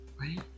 right